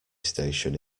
station